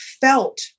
felt